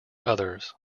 others